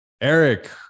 Eric